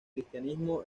cristianismo